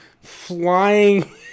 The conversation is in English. flying